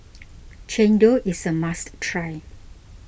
Chendol is a must try